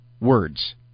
words